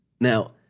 Now